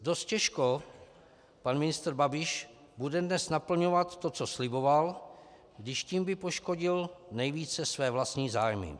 Dost těžko pan ministr Babiš bude dnes naplňovat to, co sliboval, když tím by poškodil nejvíce své vlastní zájmy.